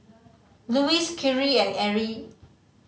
Luis Khiry and Arie